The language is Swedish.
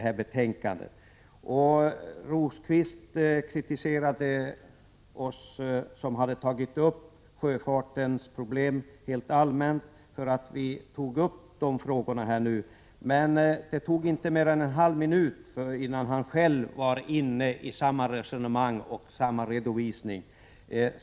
Birger Rosqvist kritiserade oss som helt allmänt har tagit upp frågan om sjöfartens problem för att vi gjorde det just nu. Men det dröjde inte mer än en halv minut förrän han själv var inne på samma resonemang och gjorde samma redovisning.